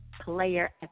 Player